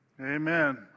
Amen